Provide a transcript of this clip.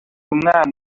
uyumwana